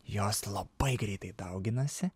jos labai greitai dauginasi